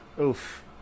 Oof